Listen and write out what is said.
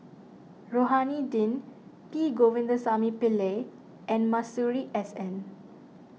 Rohani Din P Govindasamy Pillai and Masuri S N